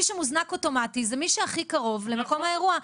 מי שמוזנק אוטומטי זה מי שהכי קרוב למקום האירוע.